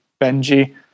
Benji